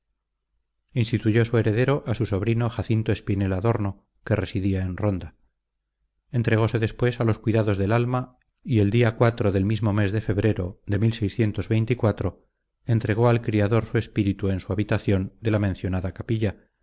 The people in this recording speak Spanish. su heredero a su sobrino jacinto espinel adorno que residía en ronda entregóse después a los cuidados del alma y el día del mismo mes de febrero de entregó al criador su espíritu en su habitacion de la mencionada capilla